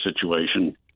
situation